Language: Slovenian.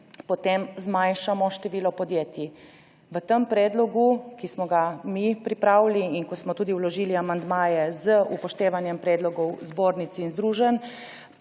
potem zmanjšamo število podjetij. V tem predlogu, ki smo ga mi pripravili in ko smo tudi vložili amandmaje z upoštevanjem predlogov zbornic in združenj,